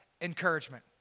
encouragement